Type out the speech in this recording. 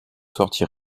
sortit